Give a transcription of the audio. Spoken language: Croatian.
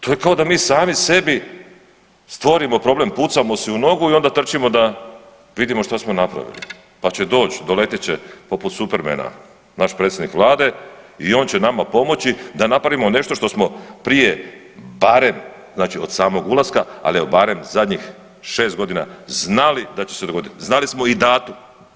To je kao da mi sami sebi stvorimo problem, pucamo si u nogu i onda tržimo da vidimo što smo napravili, pa će doći, doletjet će poput Supermana naš predsjednik Vlade i on će nama pomoći da napravimo nešto što smo prije barem, znači od samog ulaska, ali evo barem zadnjih šest godina znali da će se dogoditi, znali smo i datum.